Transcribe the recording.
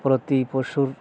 প্রতি পশুর